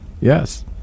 Yes